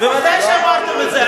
ודאי שאמרתם את זה.